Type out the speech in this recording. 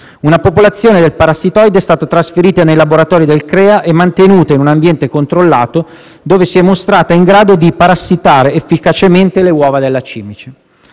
Una popolazione del parassitoide è stata trasferita nei laboratori del CREA e mantenuta in ambiente controllato, dove si è mostrata in grado di parassitare efficacemente le uova della cimice.